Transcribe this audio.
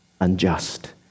unjust